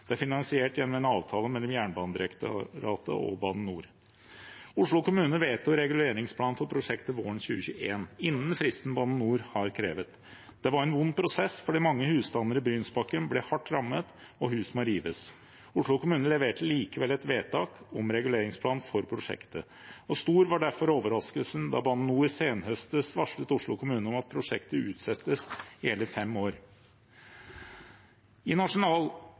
Det er finansiert gjennom en avtale mellom Jernbanedirektoratet og Bane NOR. Oslo kommune vedtok reguleringsplan for prosjektet våren 2021, innen fristen Bane NOR har krevet. Det var en vond prosess, fordi mange husstander i Brynsbakken ble hardt rammet, og hus må rives. Oslo kommune leverte likevel et vedtak om reguleringsplan for prosjektet. Stor var derfor overraskelsen da Bane NOR senhøstes varslet Oslo kommune om at prosjektet utsettes i hele fem år. I Nasjonal